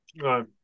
Right